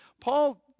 Paul